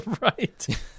Right